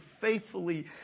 faithfully